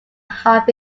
half